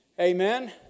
Amen